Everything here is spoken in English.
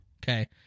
Okay